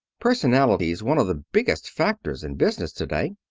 personality's one of the biggest factors in business to-day.